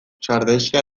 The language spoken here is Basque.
sardexka